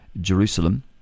Jerusalem